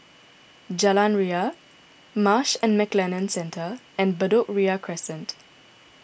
Jalan Ria Marsh and McLennan Centre and Bedok Ria Crescent